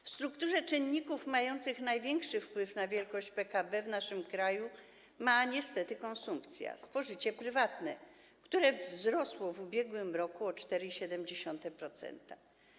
W strukturze czynników mających największy wpływ na wielkość PKB w naszym kraju mamy niestety konsumpcję - spożycie prywatne, które wzrosło w ubiegłym roku o 4,7%.